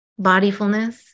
bodyfulness